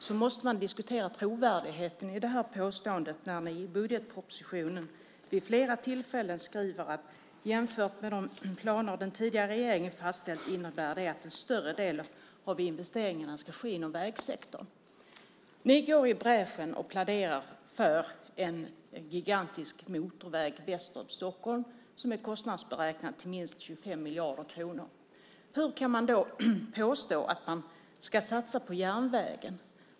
Man måste diskutera trovärdigheten i det påståendet när ni i budgetpropositionen vid flera tillfällen skriver att jämfört med de planer som den tidigare regeringen har fastställt innebär det att en större del av investeringarna ska ske inom vägsektorn. Ni går i bräschen och pläderar för en gigantisk motorväg väster om Stockholm. Den är kostnadsberäknad till minst 25 miljarder kronor. Hur kan man då påstå att man ska satsa på järnvägen?